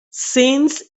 scenes